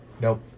nope